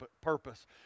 purpose